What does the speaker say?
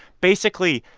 basically,